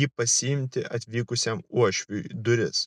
jį pasiimti atvykusiam uošviui duris